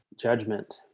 judgment